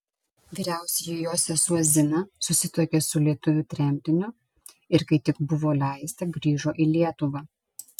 vyriausioji jos sesuo zina susituokė su lietuviu tremtiniu ir kai tik buvo leista grįžo į lietuvą